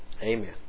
Amen